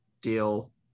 deal